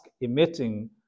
emitting